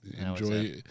Enjoy